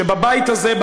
שבבית הזה,